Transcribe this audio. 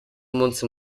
umunsi